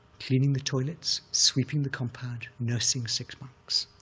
cleaning the toilets, sweeping the compound, nursing six monks.